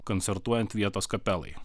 koncertuojant vietos kapelai